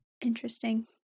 interesting